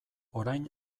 orain